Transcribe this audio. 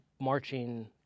marching